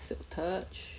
touch